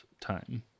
time